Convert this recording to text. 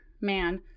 Man